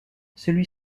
celui